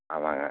ஆமாங்க